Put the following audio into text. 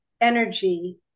energy